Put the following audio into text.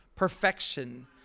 perfection